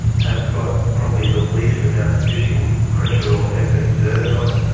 have got probably the least amount of fishing pressure or effort exerted on it.